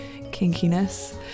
kinkiness